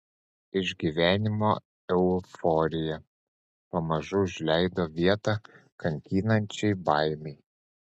išgyvenimo euforija pamažu užleido vietą kankinančiai baimei